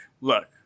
look